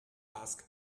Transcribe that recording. ask